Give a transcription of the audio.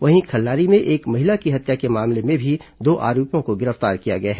वहीं खल्लारी में एक महिला की हत्या के मामले में भी दो आरोपियों को गिरफ्तार किया गया है